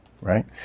right